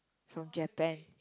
from Japan